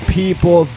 people